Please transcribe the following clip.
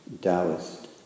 Taoist